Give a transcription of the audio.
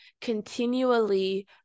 continually